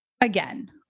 Again